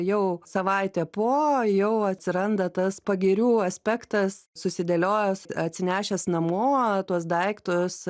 jau savaitę po jau atsiranda tas pagirių aspektas susidėliojęs atsinešęs namo tuos daiktus